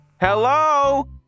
Hello